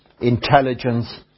intelligence